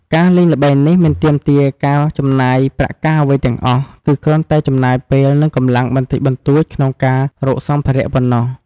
ការលេងល្បែងនេះមិនទាមទារការចំណាយប្រាក់កាសអ្វីទាំងអស់ គឺគ្រាន់តែចំណាយពេល និងកម្លាំងបន្តិចបន្តួចក្នុងការរកសម្ភារៈប៉ុណ្ណោះ។